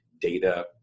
data